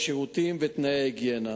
השירותים ותנאי ההיגיינה.